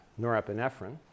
norepinephrine